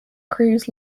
cruz